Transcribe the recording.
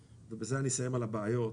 ובזה אני אסיים על הבעיות,